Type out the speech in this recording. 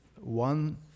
one